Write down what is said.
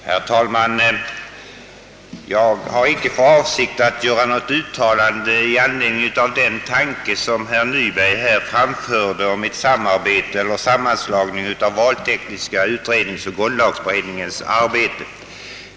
Herr talman! Jag vill för min del icke göra något uttalande i anledning av den av herr Nyberg framförda tanken på ett samarbete mellan eller en sammanslagning av valtekniska utredningen och grundlagberedningen.